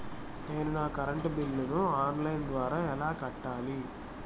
నేను నా కరెంటు బిల్లును ఆన్ లైను ద్వారా ఎలా కట్టాలి?